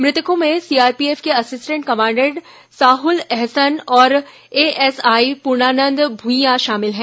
मृतकों में सीआरपीएफ के असिस्टेंट कमांडेंट साहूल अहसन और एएसआई पूर्णानंद भुईया शामिल हैं